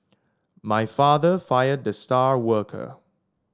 my father fired the star worker